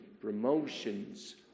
promotions